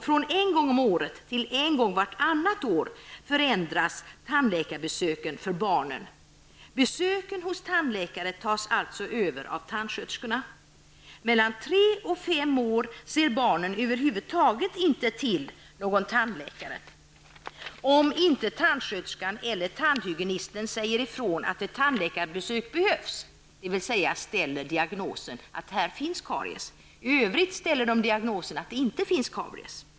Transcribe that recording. Från en gång om året till en gång vart annat år förändras tandläkarbesöket för barnen. Besöken hos tandläkaren tas alltså över av tandsköterskorna. Mellan tre och fem års ålder ser barnen överhuvud taget inte till någon tandläkare, om inte tandsköterskan eller tandhygienisten säger ifrån att ett tandläkarbesök behövs, dvs. ställer diagnosen karies. I övrigt ställer de diagnosen att det inte finns karies.